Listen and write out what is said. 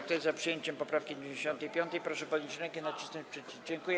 Kto jest za przyjęciem poprawki 95., proszę podnieść rękę i nacisnąć przycisk.